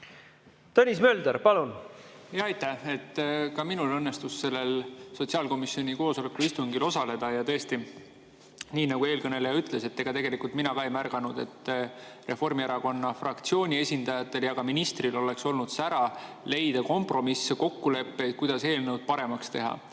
Tõnis Mölder, palun! Aitäh! Ka minul õnnestus sellel sotsiaalkomisjoni istungil osaleda. Ja tõesti, nii nagu eelkõneleja ütles, et ega mina ka ei märganud, et Reformierakonna fraktsiooni esindajatel ja ka ministril oleks olnud sära leida kompromisse, kokkuleppeid, kuidas eelnõu paremaks teha.